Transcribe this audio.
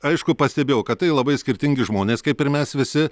aišku pastebėjau kad tai labai skirtingi žmonės kaip ir mes visi